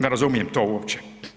Ne razumijem to uopće.